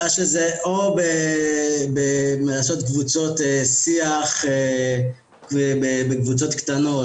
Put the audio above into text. או לעשות קבוצות שיח בקבוצות קטנות,